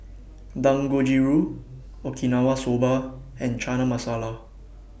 Dangojiru Okinawa Soba and Chana Masala